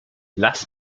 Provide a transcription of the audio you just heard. lass